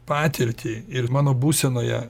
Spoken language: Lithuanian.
patirtį ir mano būsenoje